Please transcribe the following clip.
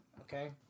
Okay